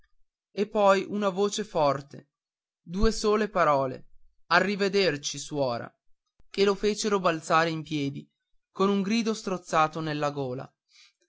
e poi una voce forte due sole parole arrivederci suora che lo fecero balzare in piedi con un grido strozzato nella gola